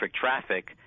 traffic